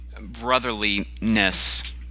brotherliness